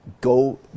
go